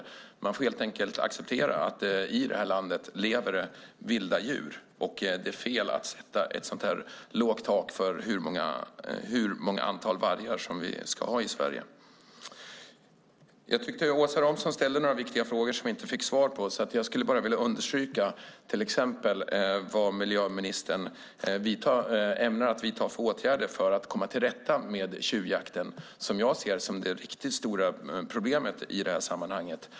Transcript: Jag hävdar att man helt enkelt får acceptera att det i detta land lever vilda djur och att det är fel att sätta ett så lågt tak för hur stort antal vargar vi ska ha i Sverige. Jag tycker att Åsa Romson ställde några viktiga frågor vi inte fick svar på. Jag skulle därför bara vilja understryka till exempel vilka åtgärder miljöministern ämnar vidta för att komma till rätta med tjuvjakten, som jag ser som det riktigt stora problemet i sammanhanget.